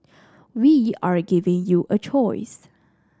we are giving you a choice